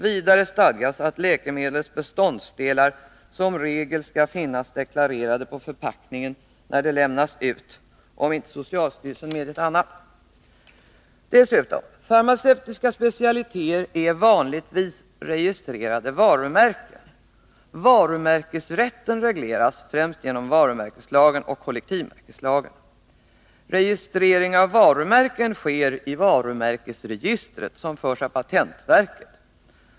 Vidare stadgas att läkemedlets beståndsdelar som regel skall finnas deklarerade på förpackningen när det lämnas ut, om inte socialstyrelsen medgett annat. Farmaceutiska specialiteter är vanligtvis registrerade varumärken. Varumärkesrätten regleras främst genom varumärkeslagen och kollektivmärkeslagen . Registrering av varumärken sker i varumärkesregistret, som förs av patentverket.